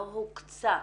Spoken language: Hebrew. לא הוקצה.